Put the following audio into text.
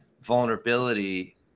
vulnerability